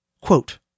Quote